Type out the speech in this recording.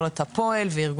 שלום